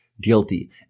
guilty